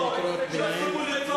שיפסיקו לרצוח ילדים,